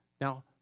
Now